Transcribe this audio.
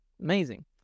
Amazing